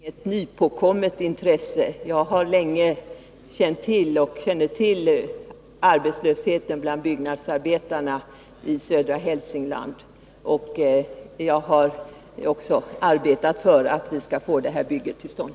Herr talman! Det är inget nypåkommet intresse. Jag har länge känt till arbetslösheten bland byggnadsarbetarna i södra Hälsingland, och jag har också arbetat för att vi skall få terminalbygget till stånd.